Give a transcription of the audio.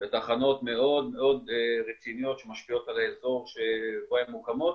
ותחנות מאוד מאוד רציניות שמשפיעות על האזור שבו הן מוקמות.